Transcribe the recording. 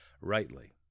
rightly